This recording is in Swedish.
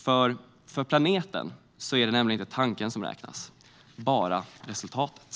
För planeten är det nämligen inte tanken som räknas - bara resultatet.